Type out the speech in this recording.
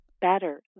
better